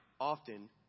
often